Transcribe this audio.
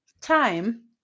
time